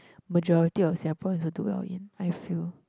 majority of Singaporeans will do well in I feel